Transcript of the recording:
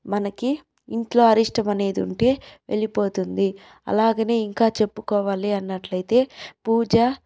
మనకి ఇంట్లో అరిష్టమనేది ఉంటే వెళ్ళి పోతుంది అలాగని ఇంకా చెప్పుకోవాలి అన్నట్లయితే పూజ